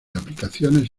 aplicaciones